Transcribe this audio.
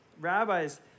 Rabbis